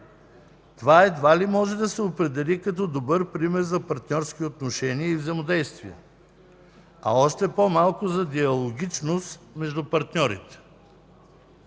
Това едва ли може да се определи като добър пример за партньорски отношения и взаимодействие, а още по-малко за диалогичност между партньорите.